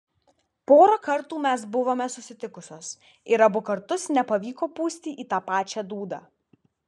porą kartų mes buvome susitikusios ir abu kartus nepavyko pūsti į tą pačią dūdą